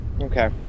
Okay